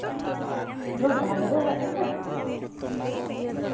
road ᱫᱷᱟᱨᱮ ᱨᱮ ᱚᱲᱟᱜ ᱛᱟᱞᱮ